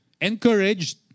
encouraged